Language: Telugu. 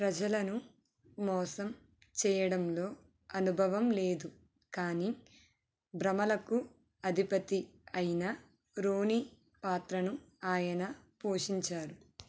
ప్రజలను మోసం చేయడంలో అనుభవం లేదు కానీ భ్రమలకు అధిపతి అయిన రోనీ పాత్రను ఆయన పోషించారు